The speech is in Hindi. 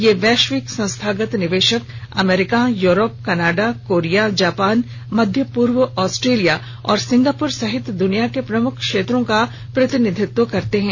ये वैश्विक संस्थागत निवेशक America Europe Canada Korea Japan मध्य पूर्व ऑस्ट्रेलिया और सिंगापुर सहित दुनिया के प्रमुख क्षेत्रों का प्रतिनिधित्व करते हैं